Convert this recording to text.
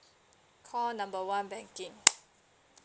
call number one banking